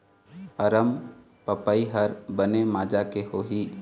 अरमपपई हर बने माजा के होही?